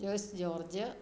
joyce george